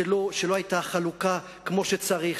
שלא היתה חלוקה כמו שצריך,